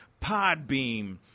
Podbeam